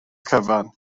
cyfan